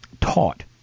taught